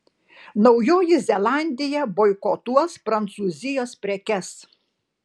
naujoji zelandija boikotuos prancūzijos prekes